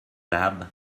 lab